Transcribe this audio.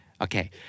Okay